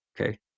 okay